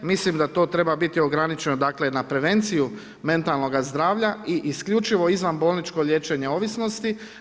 Mislim da to treba biti ograničeno dakle na prevenciju mentalnoga zdravlja i isključivo izvanbolničko liječenje ovisnosti.